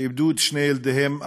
שאיבדו את שני ילדיהם,